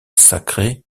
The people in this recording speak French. sacrée